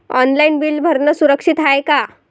Online bill भरनं सुरक्षित हाय का?